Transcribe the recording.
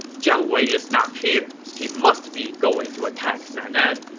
jiang wei is not here. he must be going to attack nan'an.